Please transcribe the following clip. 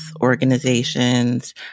organizations